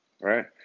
right